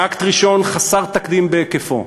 כאקט ראשון, חסר תקדים בהיקפו,